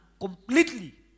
completely